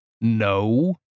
No